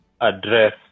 address